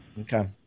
Okay